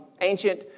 ancient